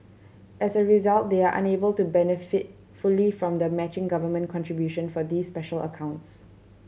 as a result they are unable to benefit fully from the matching government contribution for these special accounts